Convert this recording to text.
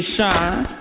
Shine